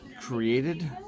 created